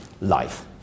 life